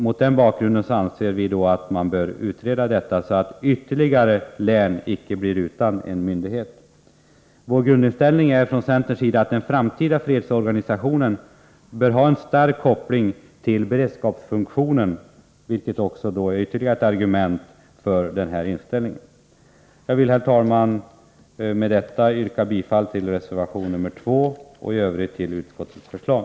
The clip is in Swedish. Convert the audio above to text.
Mot denna bakgrund anser vi att frågan bör utredas, så att inte ytterligare län blir utan militär myndighet. Centerns grundinställning är att den framtida fredsorganisationen bör ha en stark koppling till beredskapsfunktionen, vilket är ett ytterligare argument för kravet i reservation 2. Jag vill, herr talman, med detta yrka bifall till reservation 2 och i övrigt bifall till utskottets förslag.